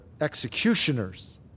executioners